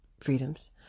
freedoms